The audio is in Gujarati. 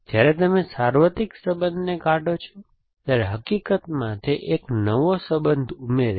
જ્યારે તમે સાર્વત્રિક સંબંધને કાઢો છો ત્યારે હકીકતમાં તે એક નવો સંબંધ ઉમેરે છે